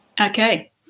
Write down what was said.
okay